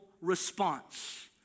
response